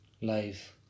life